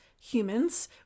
humans